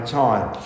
time